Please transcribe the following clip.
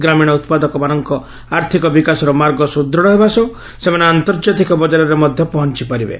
ଗ୍ରାମୀଣ ଉପାଦକମାନଙ୍କ ଆର୍ଥିକ ବିକାଶର ମାର୍ଗ ସୁଦୃତ୍ ହେବା ସହ ସେମାନେ ଆନ୍ତର୍କାତିକ ବଜାରରେ ମଧ ପହଞିପାରିବେ